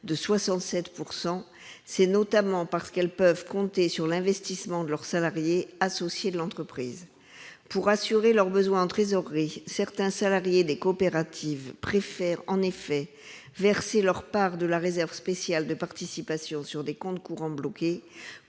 de 67 %, c'est notamment parce qu'elles peuvent compter sur l'investissement de leurs salariés, associés de l'entreprise. Pour assurer leurs besoins en trésorerie, certains salariés des coopératives préfèrent en effet verser leur part de la réserve spéciale de participation sur des comptes courants bloqués